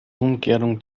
umkehrung